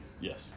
Yes